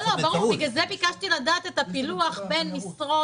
ברור, בגלל זה ביקשתי לדעת את הפילוח בין משרות.